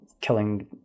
killing